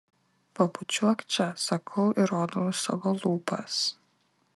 pabučiuok čia sakau ir rodau į savo lūpas